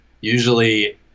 Usually